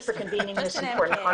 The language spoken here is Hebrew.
אפשר להתמודד עם אנטישמים,